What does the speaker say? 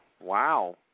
Wow